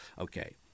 Okay